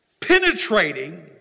penetrating